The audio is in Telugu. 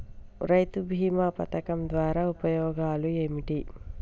రైతు బీమా పథకం ద్వారా ఉపయోగాలు ఏమిటి?